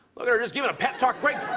look at her just giving a pep talk, greg.